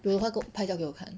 有的话给我拍照给我看